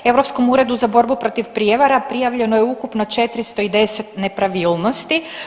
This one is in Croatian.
Europskom uredu za borbu protiv prijevara prijavljeno je ukupno 410 nepravilnosti.